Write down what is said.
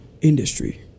industry